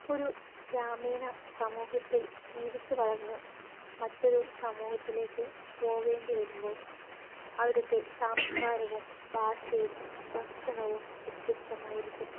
ഒരു ഗ്രാമീണ സമൂഹത്തിൽ ജീവിച്ച് വളർന്ന് മറ്റൊരു സമൂഹത്തിലേക്ക് പോവേണ്ടി വരുമ്പോൾ അവിടുത്തെ സംസ്കാരവും ഭാഷയും ഭക്ഷണവും വ്യത്യസ്തമായിരിക്കും